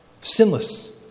Sinless